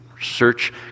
search